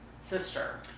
sister